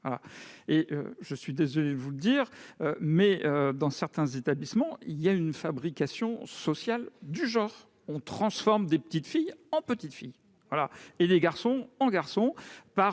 Je suis désolé de vous le dire, mais, dans certains établissements, il y a une fabrication sociale du genre. On transforme des petites filles en femmes, et des petits garçons en hommes par